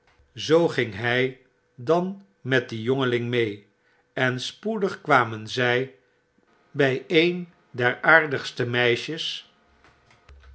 zoo ging hij dan met dien jongeling mee en spoedig kwamen zy bij een aer aardigoverdrukken ste meisjes